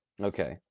Okay